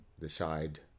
decide